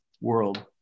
world